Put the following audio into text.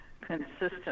consistent